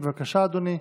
בבקשה, אדוני.